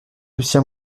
lucien